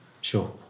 Sure